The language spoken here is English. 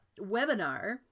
webinar